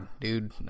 dude